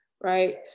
right